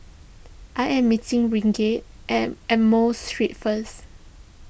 I am meeting at Amoy Street first